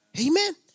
Amen